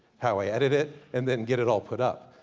how i edit it, and then get it all put up.